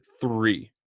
three